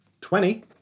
Twenty